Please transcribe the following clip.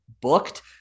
booked